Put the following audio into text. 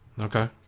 okay